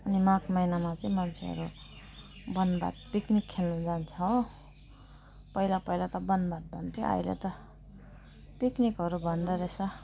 अनि माघ महिनामा चाहिँ मान्छेहरू वनभात पिकनिक खेल्नु जान्छ पहिला पहिला त वनभात भन्थ्यो अहिले त पिकनिकहरू भन्दोरहेछ